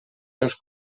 seus